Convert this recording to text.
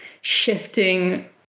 shifting